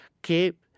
que